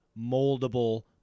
moldable